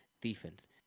Defense